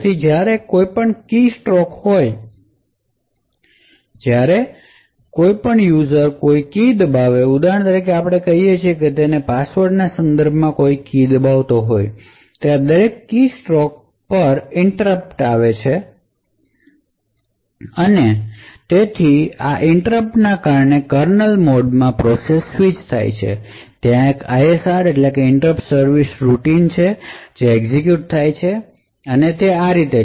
તેથી જ્યારે પણ કોઈ કીસ્ટ્રોક હોય ત્યારે જ્યારે પણ યુઝર કોઈ કી દબાવે ઉદાહરણ તરીકે આપણે કહી શકીએ કે તે તેના પાસવર્ડના સંદર્ભમાં કી દબાવતો હોય છે દરેક કીસ્ટ્રોક પર ઈંટરપટ થથશે અને તેથી કર્નલ મોડમાં સ્વિચ થાય છે ત્યાં એક ISR છે તે એક્ઝેક્યુટ થાય છે અને આ રીતે